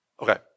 Okay